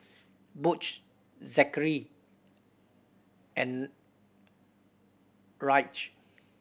Butch Zackary and Ryleigh